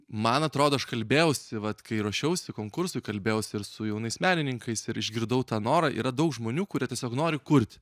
man atrodo aš kalbėjausi vat kai ruošiausi konkursui kalbėjausi ir su jaunais menininkais ir išgirdau tą norą yra daug žmonių kurie tiesiog nori kurti